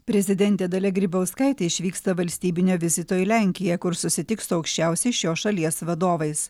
prezidentė dalia grybauskaitė išvyksta valstybinio vizito į lenkiją kur susitiks su aukščiausiais šios šalies vadovais